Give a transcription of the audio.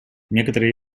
некоторые